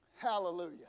Hallelujah